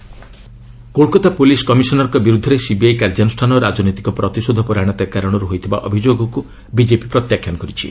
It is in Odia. ବିଜେପି ମମତା କୋଲକାତା ପୁଲିସ୍ କମିଶନର୍ଙ୍କ ବିରୁଦ୍ଧରେ ସିବିଆଇ କାର୍ଯ୍ୟାନୁଷ୍ଠାନ ରାଜନୈତିକ ପ୍ରତିଶୋଧ ପରାୟଣତା କାରଣରୁ ହୋଇଥିବା ଅଭିଯୋଗକୁ ବିଜେପି ପ୍ରତ୍ୟାଖ୍ୟାନ କରିଛି